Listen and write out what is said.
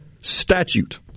statute